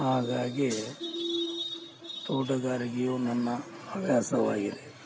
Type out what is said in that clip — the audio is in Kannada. ಹಾಗಾಗಿ ತೋಟಗಾರಿಕೆಯು ನನ್ನ ಹವ್ಯಾಸವಾಗಿದೆ